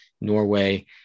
norway